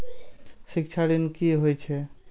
शिक्षा ऋण की होय छै?